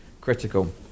critical